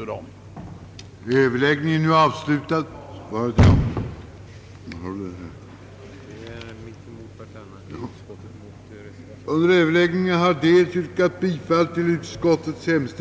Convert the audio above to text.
Härmed får vi anhålla om ledighet från riksdagsarbetet under tiden den 12—den 14 maj samt den 16 maj för deltagande i Europarådets rådgivande